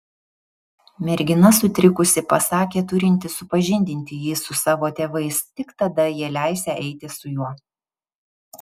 mergina sutrikusi pasakė turinti supažindinti jį su savo tėvais tik tada jie leisią eiti su juo